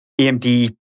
AMD